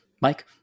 mike